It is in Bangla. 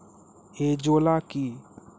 এজোলা কি?